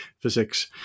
physics